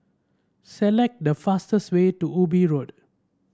select the fastest way to Ubi Road